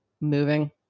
moving